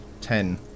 Ten